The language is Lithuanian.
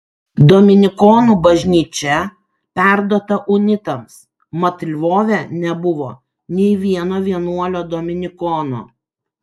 dominikonų bažnyčia perduota unitams mat lvove nebuvo nei vieno vienuolio dominikono